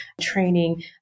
training